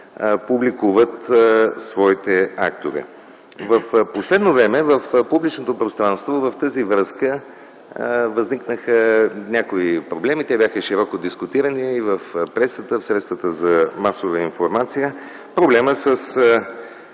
публикуват своите актове. В последно време в публичното пространство във връзка с това възникнаха някои проблеми. Те бяха широко дискутирани в пресата, в средствата за масова информация – проблемът с